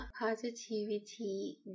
positivity